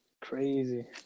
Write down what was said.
Crazy